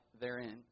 therein